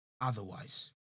otherwise